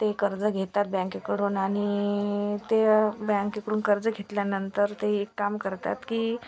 ते कर्ज घेतात बँकेकडून आणि ते बँकेकडून कर्ज घेतल्यानंतर ते एक काम करतात की